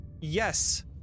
yes